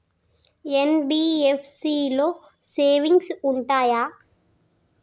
NBFC లో savings ఉంటయా?